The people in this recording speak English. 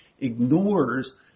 ignores